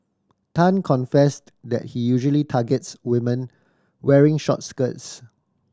Tan confessed that he usually targets women wearing short skirts